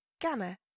gamma